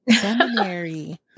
seminary